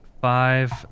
Five